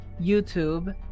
youtube